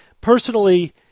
Personally